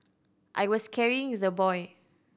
I was carrying the boy